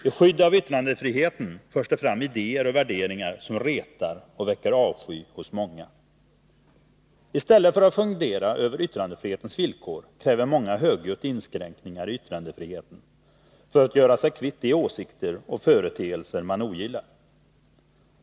I skydd av yttrandefriheten förs det fram idéer och värderingar som retar och väcker avsky hos många. I stället för att fundera över yttrandefrihetens villkor kräver många högljutt inskränkningar i yttrandefriheten för att göra sig kvitt de åsikter och företeelser de ogillar.